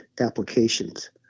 applications